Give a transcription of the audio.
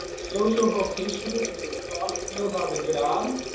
social vocational for your soft skills on the job.